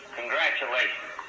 congratulations